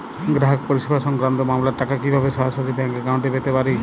গ্রাহক পরিষেবা সংক্রান্ত মামলার টাকা কীভাবে সরাসরি ব্যাংক অ্যাকাউন্টে পেতে পারি?